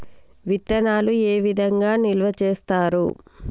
విత్తనాలు ఏ విధంగా నిల్వ చేస్తారు?